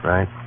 Right